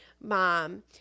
mom